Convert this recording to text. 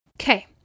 Okay